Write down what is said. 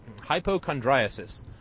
hypochondriasis